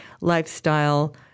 lifestyle